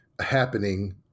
happening